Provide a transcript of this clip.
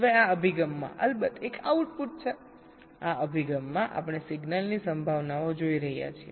હવે આ અભિગમમાં અલબત્ત એક આઉટપુટ છે આ અભિગમમાં આપણે સિગ્નલની સંભાવનાઓ જોઈ રહ્યા છીએ